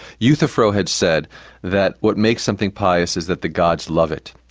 euthyphro had said that what makes something pious is that the gods love it.